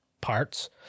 parts